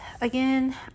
Again